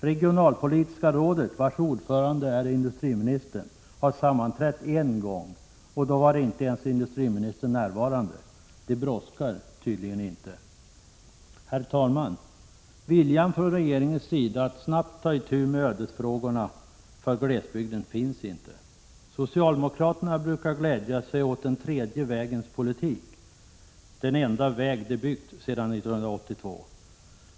Regionalpolitiska rådet, vars ordförande är industriministern, har sammanträtt en gång, och då var industriministern inte ens närvarande. Det brådskar tydligen inte. Herr talman! Viljan från regeringens sida att snabbt ta itu med ödesfrågorna för glesbygden finns inte. Socialdemokraterna brukar glädja sig åt den tredje vägens politik — den enda väg de byggt sedan 1982.